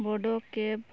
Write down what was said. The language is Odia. ବଡ଼ କେବ୍